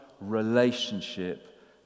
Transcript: relationship